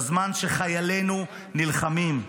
בזמן שחיילינו נלחמים,